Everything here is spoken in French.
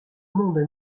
monde